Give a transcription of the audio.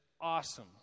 awesome